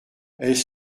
elles